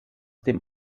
dem